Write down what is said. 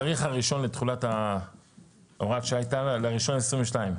התאריך הראשון לתחולת הוראת שעה היה עד 1.1.2022?